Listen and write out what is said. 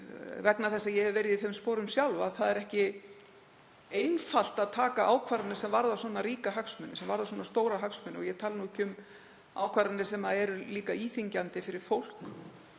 vegna þess að ég hef verið í þeim sporum sjálf, að það er ekki einfalt að taka ákvarðanir sem varða svona ríka hagsmuni, sem varða svona stóra hagsmuni, og ég tala nú ekki um ákvarðanir sem eru líka íþyngjandi fyrir fólk